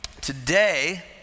today